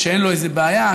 שאין לו איזה בעיה,